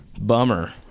bummer